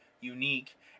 unique